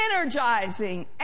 energizing